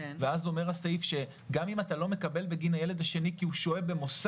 ואז אומר הסעיף שגם אם אתה לא מקבל בגין הילד השני כי הוא במוסד,